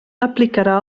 aplicarà